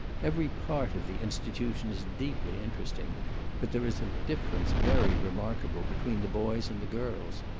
every part of the institution is deeply interesting but there is a difference very remarkable between the boys and the girls.